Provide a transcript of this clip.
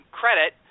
credit